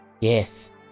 Yes